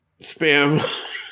spam